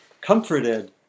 Comforted